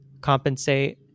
compensate